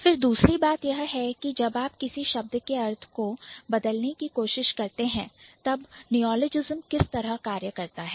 फिर दूसरी बात यह है कि जब आप किसी शब्द के अर्थ को बदलने की कोशिश करते हैं तब Neologism नियॉलजिस्म किस तरह कार्य करता है